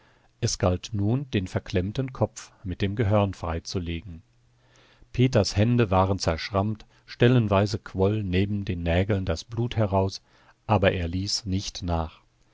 es galt nun den verklemmten kopf mit dem gehörn freizulegen peters hände waren zerschrammt stellenweise quoll neben den nägeln das blut heraus aber er ließ nicht nach